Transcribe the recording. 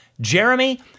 Jeremy